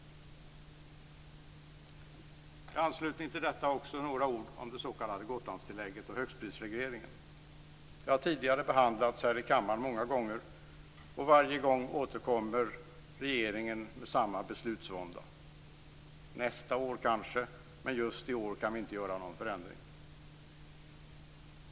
I anslutning till detta några ord om Gotlandstillägget och högprisregleringen. Det har tidigare behandlats här i kammaren många gånger och varje gång återkommer regeringen med samma beslutsvånda: Nästa år kanske, men just i år kan vi inte göra någon förändring.